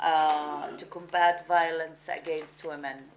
למאבק באלימות נגד נשים.